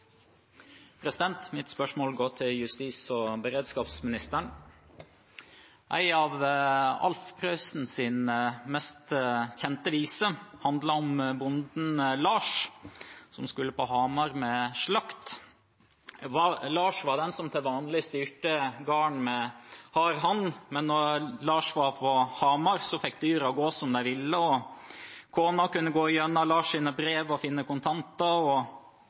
mest kjente viser handler om bonden Lars som skulle til Hamar med slakt. Lars var den som til vanlig styrte gården med hard hånd, men når Lars var på Hamar, fikk dyrene gå som de ville, kona kunne gå gjennom Lars’ brev og finne kontanter, datteren fikk treffe stallkaren, og